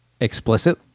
explicit